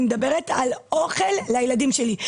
אני מדברת על אוכל לילדים שלי.